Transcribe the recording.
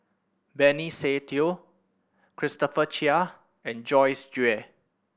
Benny Se Teo Christopher Chia and Joyce Jue